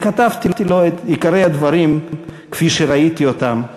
וכתבתי לו את עיקרי הדברים כפי שראיתי אותם,